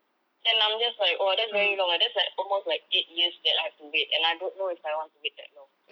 then I'm just like !wah! that's very long eh that's like almost like eight years that I have to wait and I don't know if I want to wait that long